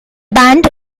band